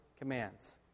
commands